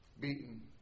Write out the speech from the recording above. beaten